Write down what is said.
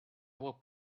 walked